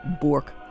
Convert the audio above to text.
bork